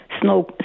snow